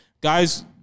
Guys